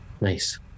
Nice